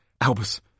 Albus